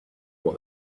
what